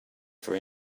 for